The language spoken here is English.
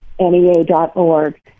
nea.org